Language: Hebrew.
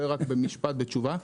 זה רק במשפט בתשובה.